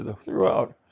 throughout